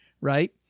right